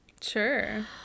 Sure